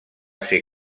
ser